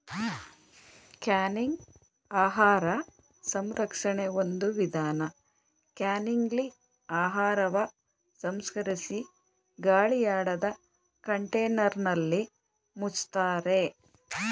canning ಆಹಾರ ಸಂರಕ್ಷಣೆ ಒಂದು ವಿಧಾನ ಕ್ಯಾನಿಂಗ್ಲಿ ಆಹಾರವ ಸಂಸ್ಕರಿಸಿ ಗಾಳಿಯಾಡದ ಕಂಟೇನರ್ನಲ್ಲಿ ಮುಚ್ತಾರೆ